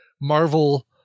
Marvel